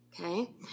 okay